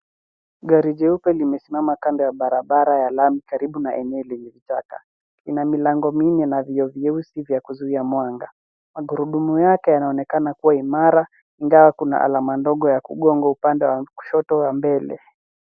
Gari jeupe limesimama kando ya barabara ya lami karibu na eneo lenye vichaka. Ina milango minne na vioo vyeusi vya kuzuia mwanga. Magurudumu yake yanaonekana kua imara, ingawa kuna alama ndogo ya kugongwa upande wa kushoto wa mbele.